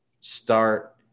start